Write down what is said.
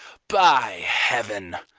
by heaven,